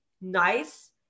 nice